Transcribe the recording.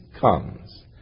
comes